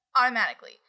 automatically